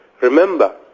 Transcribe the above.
Remember